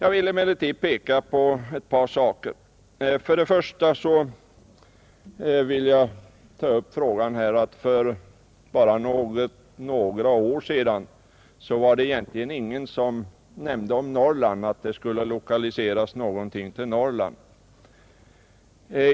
Jag vill emellertid peka på ett par saker i sammanhanget. Först vill jag påminna om att för bara några år sedan var det egentligen ingen som talade om att någonting skulle lokaliseras till Norrland.